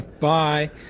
Bye